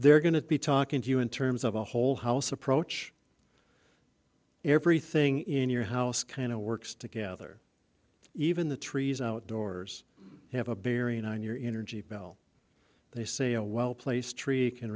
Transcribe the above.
are going to be talking to you in terms of a whole house approach everything in your house kind of works together even the trees outdoors have a bearing on your energy bill they say a well placed tree